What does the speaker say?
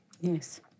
Yes